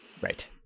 Right